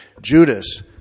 Judas